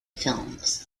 films